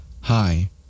Hi